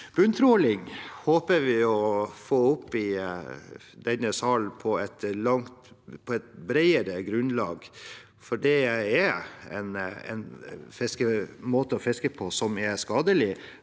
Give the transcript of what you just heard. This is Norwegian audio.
Bunntråling håper vi å få opp i denne sal på et bredere grunnlag, for det er en måte å fiske på som er skadelig